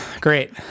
Great